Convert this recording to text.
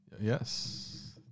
Yes